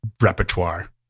repertoire